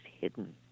hidden